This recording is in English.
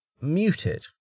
muted